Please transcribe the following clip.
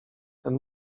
ten